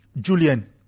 Julian